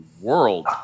world